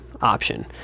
option